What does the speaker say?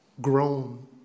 grown